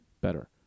better